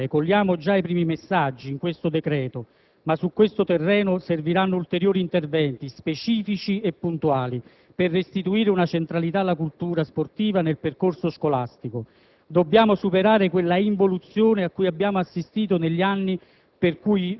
Intervenire nella scuola, ovviamente, diventa essenziale. Cogliamo già i primi messaggi in questo decreto, ma su questo terreno serviranno ulteriori interventi, specifici e puntuali, per restituire una centralità alla cultura sportiva nel percorso scolastico.